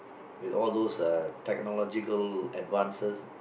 with all those technological advances